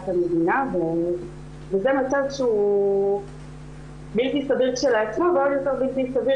המדינה וזה מצב שהוא בלתי סביר כשלעצמו ועוד יותר בלתי סביר